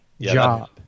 job